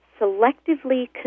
selectively